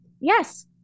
Yes